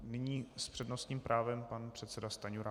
Nyní s přednostním právem pan předseda Stanjura.